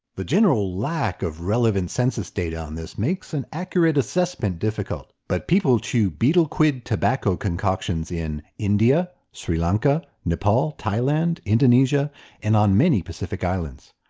the general lack of relevant census data on this makes an accurate assessment difficult, but people chew betel quid tobacco concoctions in india, sri lanka, nepal, thailand, indonesia and on many pacific islands.